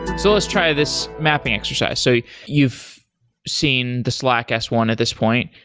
so let's try this mapping exercise. so you've seen the slack s one at this point.